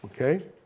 Okay